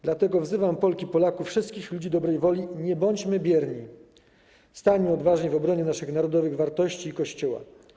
Dlatego wzywam Polki i Polaków, wszystkich ludzi dobrej woli: nie bądźmy bierni, stańmy odważnie w obronie naszych narodowych wartości i Kościoła.